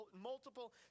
multiple